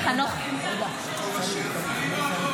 (קוראת בשמות חברי הכנסת)